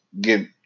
get